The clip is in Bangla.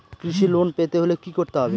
কৃষি লোন পেতে হলে কি করতে হবে?